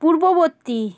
পূর্ববর্তী